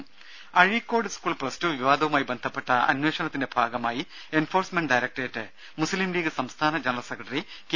ദേദ Azhikode school plus two വിവാദവുമായി ബന്ധപ്പെട്ട അന്വേഷണത്തിന്റെ ഭാഗമായി എൻഫോഴ്സ്മെന്റ് ഡയറക്ടറേറ്റ് മുസ്ലീം ലീഗ് സംസ്ഥാന ജനറൽ സെക്രട്ടറി കെ